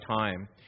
time